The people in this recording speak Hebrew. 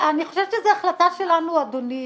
אני חושבת שזו החלטה שלנו, אדוני.